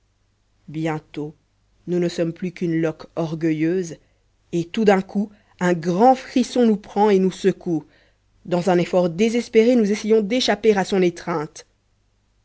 bientôt nous ne sommes plus qu'une loque orgueilleuse et tout d'un coup un grand frisson nous prend et nous secoue dans un effort désespéré nous essayons d'échapper à son étreinte